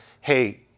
hey